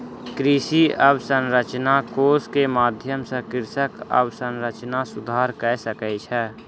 कृषि अवसंरचना कोष के माध्यम सॅ कृषक अवसंरचना सुधार कय सकै छै